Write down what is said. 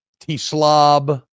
T-slob